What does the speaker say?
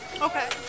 Okay